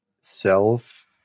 self